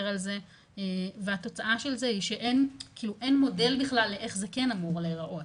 על זה והתוצאה של זה היא שאין מודל בכלל לאיך זה כן אמור להראות,